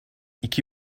iki